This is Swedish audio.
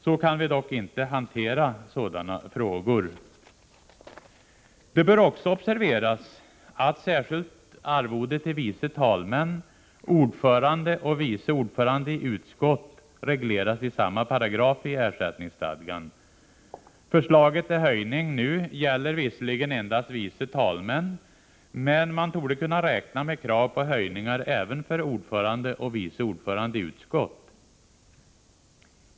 Så kan vi dock inte hantera sådana här frågor. Det bör också observeras att särskilt arvode till vice talmän, ordförande och vice ordförande i utskott regleras i samma paragraf i ersättningsstadgan. Förslaget till höjning gäller visserligen endast vice talmän, men man torde kunna räkna med krav på höjningar även för ordförande och vice ordförande i utskott.